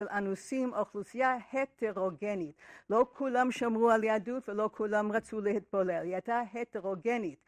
אנוסים אוכלוסייה הטרוגנית, לא כולם שמרו על יהדות ולא כולם רצו להתפלל, היא הייתה הטרוגנית